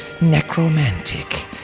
necromantic